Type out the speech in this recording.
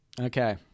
Okay